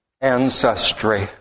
ancestry